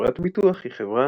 חברת ביטוח היא חברה